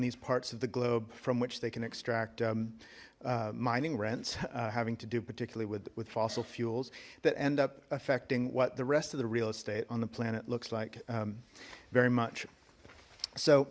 these parts of the globe from which they can extract mining rents having to do particularly with fossil fuels that end up affecting what the rest of the real estate on the planet looks like very much so